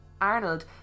Arnold